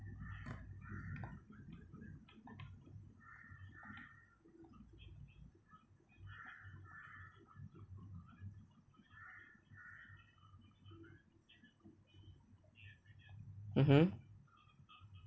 mmhmm